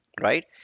Right